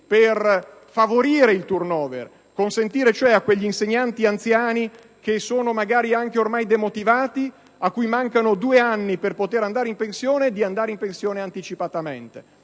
per favorire il *turnover*, per consentire cioè a quegli insegnanti anziani, che magari sono anche ormai demotivati, a cui mancano due anni per poter andare in pensione, di andare in pensione anticipatamente.